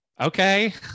okay